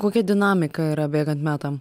kokia dinamika yra bėgant metam